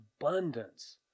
abundance